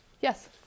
Yes